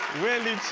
wendy,